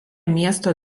miesto